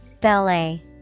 Ballet